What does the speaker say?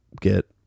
get